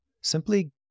simply